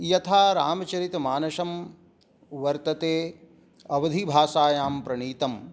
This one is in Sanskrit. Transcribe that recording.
यथा रामचरितमानसं वर्तते अवधीभाषायां प्रणीतं